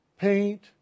paint